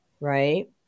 right